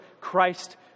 Christ